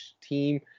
team